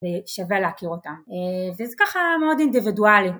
שווה להכיר אותה וזה ככה מאוד אינדיבידואלי